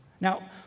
Now